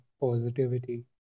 positivity